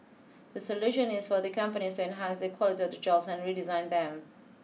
the solution is for the companies to enhance the quality of the jobs and redesign them